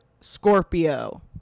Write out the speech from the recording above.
Scorpio